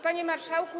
Panie Marszałku!